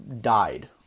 died